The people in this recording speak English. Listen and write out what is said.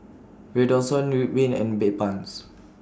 Redoxon Ridwind and Bedpans